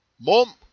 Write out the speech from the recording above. Mom